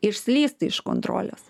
išslysti iš kontrolės